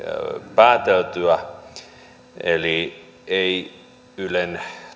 pääteltyä eli ei ylen